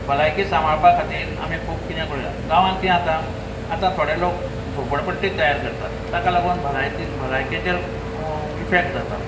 भलायकी सांबाळपा खातीर आमी खूब कितें करूया गांवांत कितें जाता आतां थोडे लोक झोपडपट्टी तयार करतात ताका लागून भलाय भलायकेचेर इफॅक्ट जाता